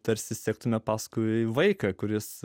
tarsi sektumėme paskui vaiką kuris